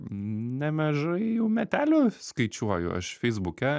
nemažai jau metelių skaičiuoju aš feisbuke